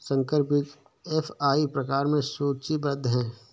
संकर बीज एफ.आई प्रकार में सूचीबद्ध है